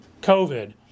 covid